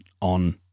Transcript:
on